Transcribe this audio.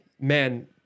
man